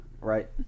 right